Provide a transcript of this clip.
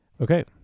okay